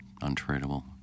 untradeable